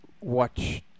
Watch